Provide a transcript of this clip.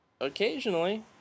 Occasionally